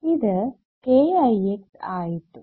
ഇത് kIxആയിട്ടും